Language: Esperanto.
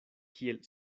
kiel